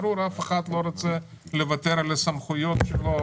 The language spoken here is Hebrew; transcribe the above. ברור שאף אחד לא רוצה לוותר על הסמכויות שלו,